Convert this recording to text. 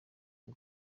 ngo